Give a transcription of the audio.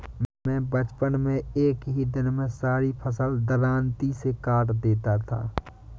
मैं बचपन में एक ही दिन में सारी फसल दरांती से काट देता था